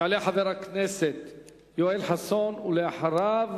יעלה חבר הכנסת יואל חסון, ואחריו,